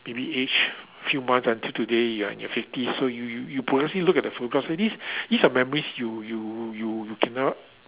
maybe aged few months until today you are in your fifties so you you you progressively look at the photographs so these these are memories you you you you cannot